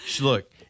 look